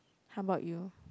how about you